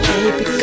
Baby